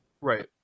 Right